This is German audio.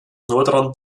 nordrand